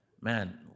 man